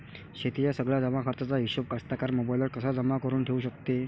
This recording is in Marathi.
शेतीच्या सगळ्या जमाखर्चाचा हिशोब कास्तकार मोबाईलवर कसा जमा करुन ठेऊ शकते?